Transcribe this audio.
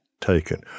taken